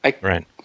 Right